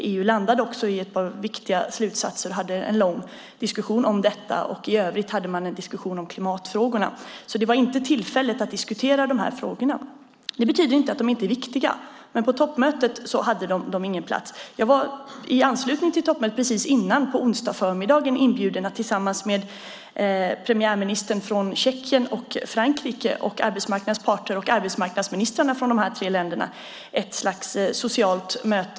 EU landade också i ett par viktiga slutsatser och hade en lång diskussion om detta. I övrigt hade man en diskussion om klimatfrågorna. Det var alltså inte tillfälle att diskutera dessa frågor. Det betyder inte att de inte är viktiga. Men på toppmötet hade de ingen plats. I anslutning till toppmötet, på onsdagsförmiddagen, var jag inbjuden att tillsammans med premiärministrarna från Tjeckien och Frankrike och arbetsmarknadens parter och arbetsmarknadsministrarna från dessa två länder och Sverige delta i ett slags socialt möte.